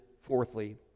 fourthly